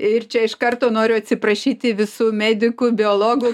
ir čia iš karto noriu atsiprašyti visų medikų biologų